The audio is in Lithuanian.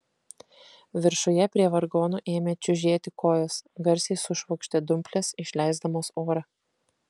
viršuje prie vargonų ėmė čiužėti kojos garsiai sušvokštė dumplės išleisdamos orą